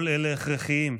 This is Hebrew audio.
כל אלה הכרחיים.